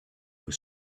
was